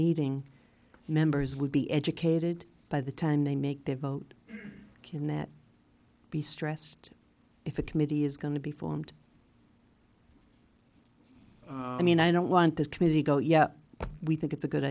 meeting members would be educated by the time they make their vote can it be stressed if a committee is going to be formed i mean i don't want this committee go yeah we think it's a good